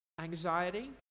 Anxiety